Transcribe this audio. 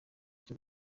cyo